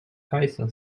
кайся